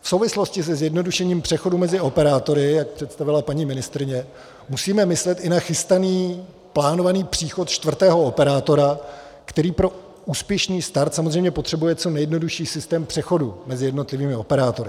V souvislosti se zjednodušením přechodu mezi operátory, jak představila paní ministryně, musíme myslet i na chystaný plánovaný příchod čtvrtého operátora, který pro úspěšný start samozřejmě potřebuje co nejjednodušší systém přechodu mezi jednotlivými operátory.